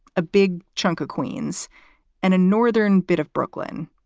a big chunk of queens and a northern bit of brooklyn.